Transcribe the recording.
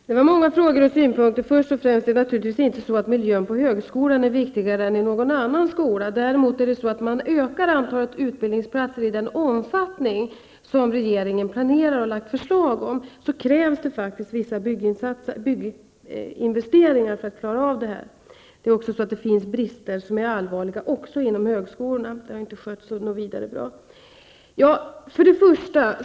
Herr talman! Det var många frågor och synpunkter. Miljön på högskolan är naturligtvis inte viktigare än miljön i någon annan skolform. Men om man ökar antalet utbildningsplatser i den omfattning som regeringen planerar och har lagt fram förslag om, krävs det också vissa bygginvesteringar. Det finns dessutom allvarliga brister inom högskolan som inte har åtgärdats.